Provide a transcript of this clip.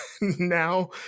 now